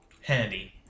Handy